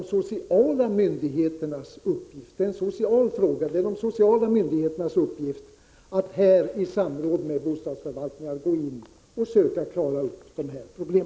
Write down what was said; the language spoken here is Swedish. Detta är en social fråga, och det är de sociala myndigheternas uppgift att i samråd med bostadsförvaltningarna försöka klara dessa problem.